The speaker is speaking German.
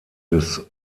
des